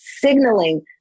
signaling